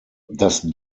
das